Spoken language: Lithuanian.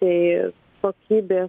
tai kokybės